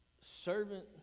Servant